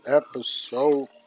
episode